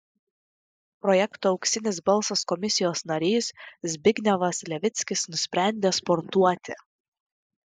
projekto auksinis balsas komisijos narys zbignevas levickis nusprendė sportuoti